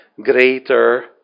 greater